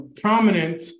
prominent